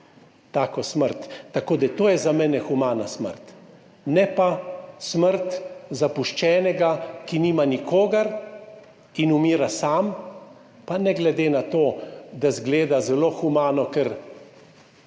tako smrt. To je za mene humana smrt, ne pa smrt zapuščenega, ki nima nikogar in umira sam, pa ne glede na to, da izgleda zelo humano, ker